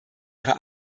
ihre